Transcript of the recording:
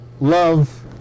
love